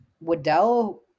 Waddell